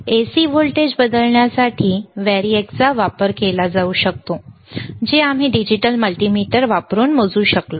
AC voltage बदलण्यासाठी व्हेरिएकचा वापर केला जाऊ शकतो जे आम्ही डिजिटल मल्टीमीटर वापरून मोजू शकलो